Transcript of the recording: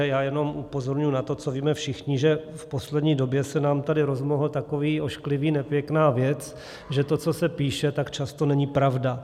Já jenom upozorňuji na to, co víme všichni, že v poslední době se nám tady rozmohl takový ošklivý, nepěkná věc, že to, co se píše, tak často není pravda.